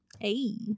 Hey